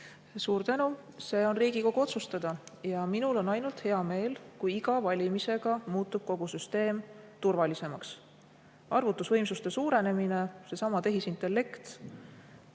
Suur tänu! See on Riigikogu otsustada ja minul on ainult hea meel, kui iga valimisega muutub kogu süsteem turvalisemaks. Arvutusvõimsuste suurenemine, seesama tehisintellekt,